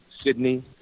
sydney